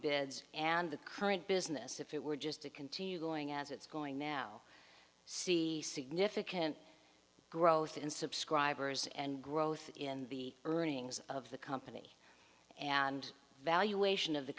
beds and the current business if it were just to continue going as it's going now see significant growth in subscribers and growth in the earnings of the company and valuation of the